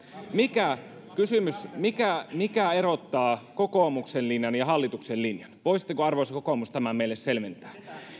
tästä kokoomuksen linjasta kysymys mikä mikä erottaa kokoomuksen linjan ja hallituksen linjan voisitteko arvoisa kokoomus tämän meille selventää